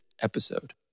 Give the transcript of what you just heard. episode